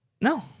No